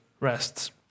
rests